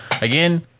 Again